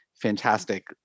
fantastic